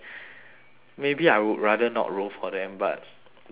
maybe I would rather not row for them but that moment